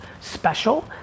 special